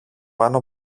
πάνω